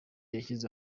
yashyize